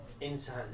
inside